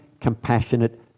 compassionate